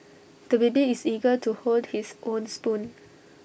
the baby is eager to hold his own spoon